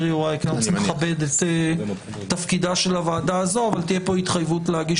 אני מכבד את תפקידה של הוועדה הזאת אבל תהיה פה התחייבות להגיש